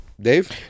Dave